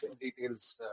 details